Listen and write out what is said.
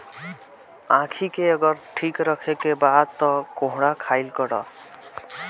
आंखी के अगर ठीक राखे के बा तअ कोहड़ा खाइल करअ